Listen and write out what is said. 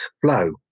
flow